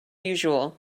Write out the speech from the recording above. usual